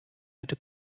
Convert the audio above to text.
bitte